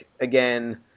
again